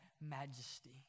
majesty